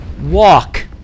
walk